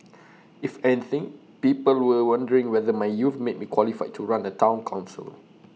if anything people were wondering whether my youth made me qualified to run A Town Council